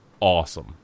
awesome